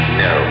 no